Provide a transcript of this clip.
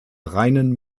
reinen